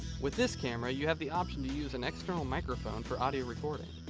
with this camera you have the option to use an external microphone for audio recording.